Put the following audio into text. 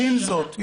עם זאת,